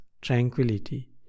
tranquility